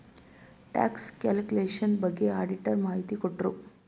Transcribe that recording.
tax calculation ಬಗ್ಗೆ auditor ಮಾಹಿತಿ ಕೊಟ್ರು